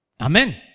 Amen